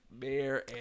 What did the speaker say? mayor